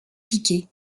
piqué